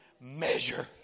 Measure